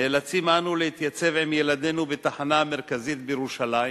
נאלצים אנו להתייצב עם ילדנו בתחנה המרכזית בירושלים,